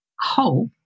hope